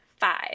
five